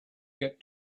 get